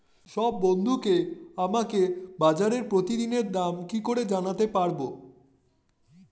সব বন্ধুকে আমাকে বাজারের প্রতিদিনের দাম কি করে জানাতে পারবো?